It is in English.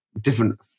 different